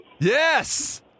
Yes